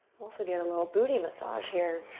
also get a little booty massage here.